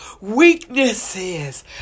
weaknesses